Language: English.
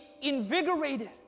invigorated